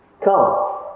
Come